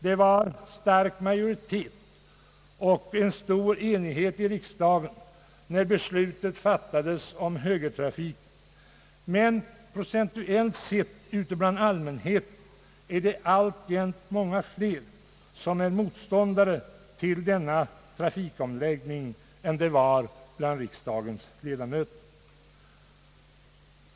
Det var stark majoritet och stor enighet i riksdagen när beslutet fattades om högertrafik, men procentuellt sett är det ute bland allmänheten alltjämt många fler som är motståndare till högertrafikomläggningen än det var bland riksdagens ledamöter.